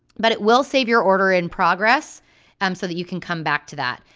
but it will save your order in progress um so that you can come back to that.